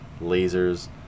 lasers